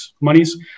monies